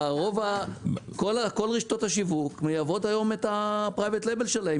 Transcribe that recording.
כל רשתות השיווק מייבאות היום את הפרייבט לבל שלהם.